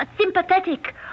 sympathetic